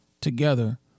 together